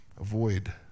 avoid